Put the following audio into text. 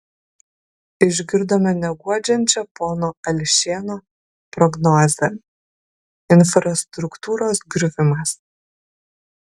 išgirdome neguodžiančią pono alšėno prognozę infrastruktūros griuvimas